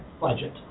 budget